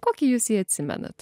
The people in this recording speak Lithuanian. kokį jūs jį atsimenat